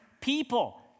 people